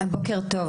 אז בוקר טוב.